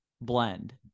Blend